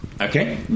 Okay